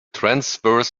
transverse